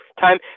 time